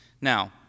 Now